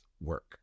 work